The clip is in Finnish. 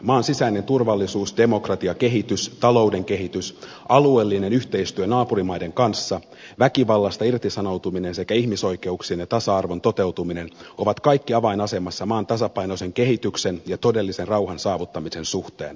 maan sisäinen turvallisuus demokratiakehitys talouden kehitys alueellinen yhteistyö naapurimaiden kanssa väkivallasta irtisanoutuminen sekä ihmisoikeuksien ja tasa arvon toteutuminen ovat kaikki avainasemassa maan tasapainoisen kehityksen ja todellisen rauhan saavuttamisen suhteen